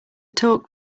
talk